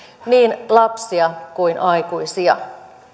niin lapsia kuin aikuisiakin